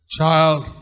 child